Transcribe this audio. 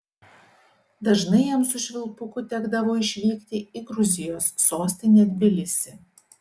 dažnai jam su švilpuku tekdavo išvykti į gruzijos sostinę tbilisį